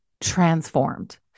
transformed